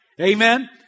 Amen